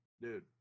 dude